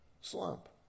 slump